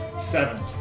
Seven